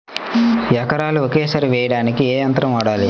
ఎకరాలు ఒకేసారి వేయడానికి ఏ యంత్రం వాడాలి?